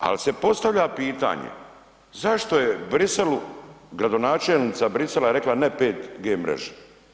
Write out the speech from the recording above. Ali se postavlja pitanje zašto je Bruxellesu, gradonačelnica Bruxellesa je rekla ne 5G mreže.